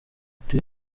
ati